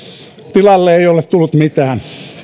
tilalle ei ole tullut mitään